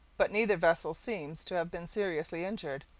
but neither vessel seems to have been seriously injured,